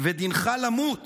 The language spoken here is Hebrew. ודינך למות